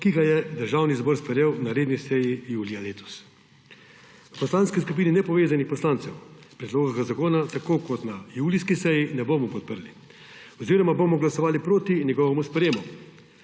ki ga je Državni zbor sprejel na redni seji julija letos. V Poslanski skupini nepovezanih poslancev predloga zakona tako kot na julijski seji tudi sedaj ne bomo podprli oziroma bomo glasovali proti njegovemu sprejetju.